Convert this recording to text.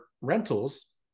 rentals